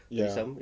ya